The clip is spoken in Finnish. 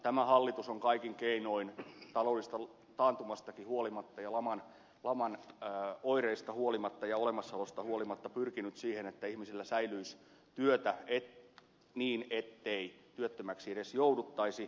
tämä hallitus on kaikin keinoin taloudellisesta taantumastakin huolimatta ja laman oireista huolimatta ja olemassaolosta huolimatta pyrkinyt siihen että ihmisillä säilyisi työtä niin ettei työttömäksi edes jouduttaisi